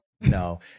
no